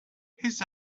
his